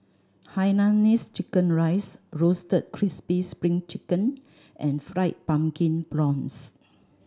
hainanese chicken rice Roasted Crispy Spring Chicken and Fried Pumpkin Prawns